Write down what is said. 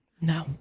No